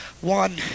one